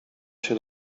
się